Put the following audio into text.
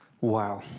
Wow